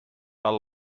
tal